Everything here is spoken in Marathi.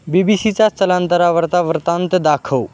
बी बी सीचा स्थलांतरावरचा वृत्तांत दाखव